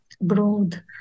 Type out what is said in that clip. broad